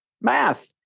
math